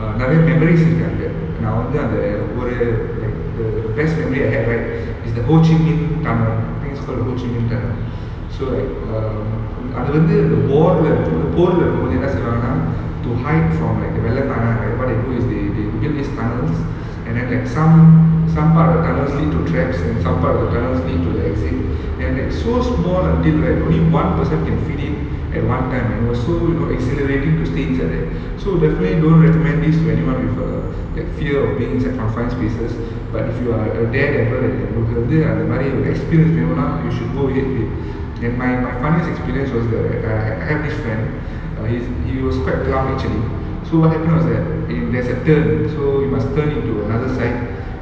நிறைய:niraiya memories இருக்கு அங்க நான் வந்து அங்க ஒரு:iruku anga naan vanthu anga oru like the best memory that I had right is the ho chi min tunnel I think it's called the ho chi min tunnel so like um அது வந்து அந்த போர் ல இருக்கும் போது என்ன செய்வாங்கன்னா:adhu vanthu antha porla irukum pothu enna seivaanganna to hide from like the what they do is they they to build this tunnels and then like some some part of tunnels lead to traps and some part of the tunnels lead to the exit and like so small until right only one person can fit in at one time and was so you know exhilarating to stay inside there so definitely don't recommend this to like anyone with err like fear of being inside confined spaces but if you are a daredevil and அது வந்து அந்த மாதிரி:adhu vanthu antha mathiri experience வேணும்னா:venumna you should go ahead with and my my funniest experience was that right I I have this friend err he's he was quite plump actually so what happen was that in there's a turn so you must turn into the other side